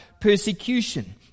persecution